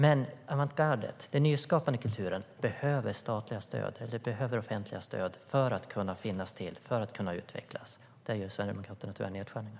Men avantgardet, den nyskapande kulturen, behöver offentligt stöd för att kunna finnas till, för att kunna utvecklas. Där gör Sverigedemokraterna tyvärr nedskärningar.